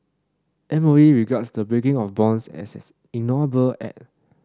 M O E regards the breaking of bonds as an ignoble act